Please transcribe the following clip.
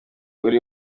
uri